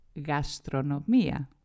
gastronomia